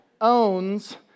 owns